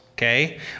Okay